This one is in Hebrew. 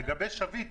לגבי שביט,